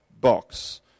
box